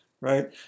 right